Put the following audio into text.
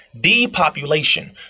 depopulation